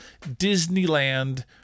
Disneyland